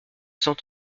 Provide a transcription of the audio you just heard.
cent